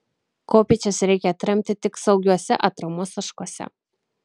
kopėčias reikia atremti tik saugiuose atramos taškuose